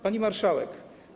Pani Marszałek!